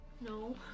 No